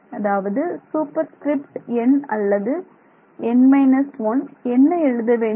அதாவது super script n அல்லது n 1 என்ன எழுத வேண்டும்